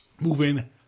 moving